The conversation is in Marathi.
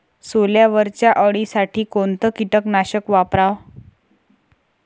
सोल्यावरच्या अळीसाठी कोनतं कीटकनाशक वापराव?